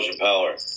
Power